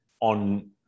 on